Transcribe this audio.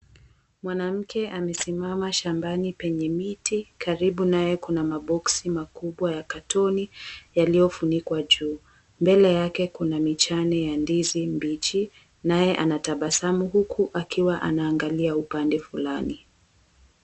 Mwanamke amesimama shambani penye miti, karibu naye kuna maboxi makubwa ya katoni yaliyo funikwa juu. Mbele yake kuna mijane ya ndizi mbichi, naye anatabasamu huku akiwa anaangalia upande fulani.